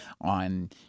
on